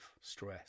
stress